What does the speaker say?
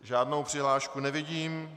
Žádnou přihlášku nevidím.